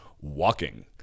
walking